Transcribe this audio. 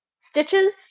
stitches